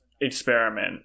experiment